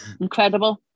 incredible